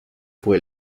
fue